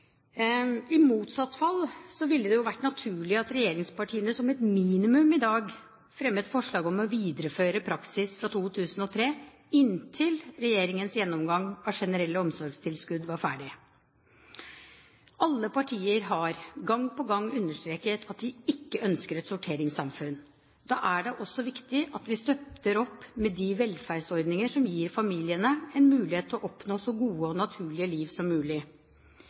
I motsatt fall ville det jo vært naturlig at regjeringspartiene som et minimum i dag fremmet forslag om å videreføre praksis fra 2003 inntil regjeringens gjennomgang av generelle omsorgstilskudd var ferdig. Alle partier har gang på gang understreket at de ikke ønsker et sorteringssamfunn. Da er det også viktig at vi støtter opp med de velferdsordninger som gir familiene en mulighet til å oppnå et så godt og naturlig liv som mulig.